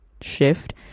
shift